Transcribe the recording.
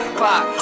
clock